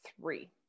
three